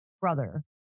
brother